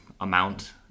amount